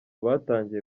batangiye